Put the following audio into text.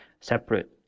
separate